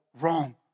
wrong